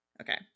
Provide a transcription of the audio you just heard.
Okay